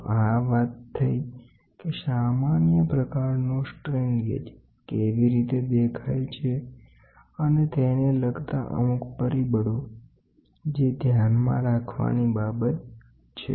તો આ વાત થઇ કે સામાન્ય પ્રકારનો સ્ટ્રેન ગેજ કેવી રીતે દેખાય છે અને તેને લગતા અમુક પરિબળો જે ધ્યાનમાં રાખવાની બાબત છે